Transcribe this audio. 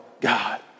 God